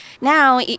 now